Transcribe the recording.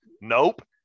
Nope